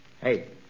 Hey